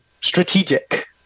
strategic